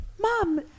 Mom